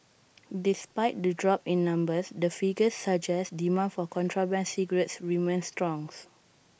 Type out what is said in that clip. despite the drop in numbers the figures suggest demand for contraband cigarettes remains strong